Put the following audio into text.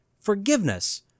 forgiveness